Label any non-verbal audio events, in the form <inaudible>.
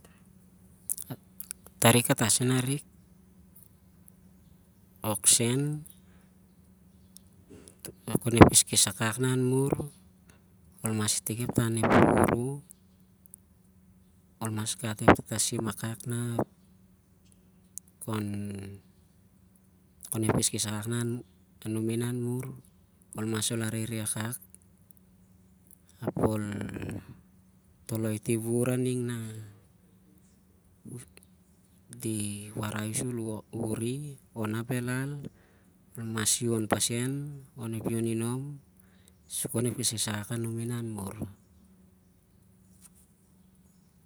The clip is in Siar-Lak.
<hesitation> Tari kata sen arik, oksen al mas <noise> keskes akak nah an mur, <noise> al mas gat ep tatasim akak khon ep- keskes akak anuk. Ol mas arehreh akak ap ol- toloi ti wuvur aning nah oli warai u sur- ol wuvuri onah bhelal ap ol mas hiowon pasen onep hiowonhinom khon ep keskes akak anumi nah- han- mur.